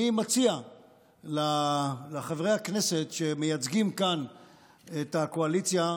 אני מציע לחברי הכנסת שמייצגים כאן את הקואליציה,